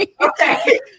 Okay